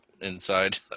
inside